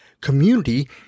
community